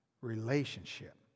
Relationship